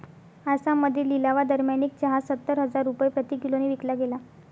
आसाममध्ये लिलावादरम्यान एक चहा सत्तर हजार रुपये प्रति किलोने विकला गेला